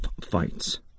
fights